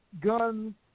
guns